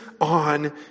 on